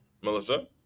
Melissa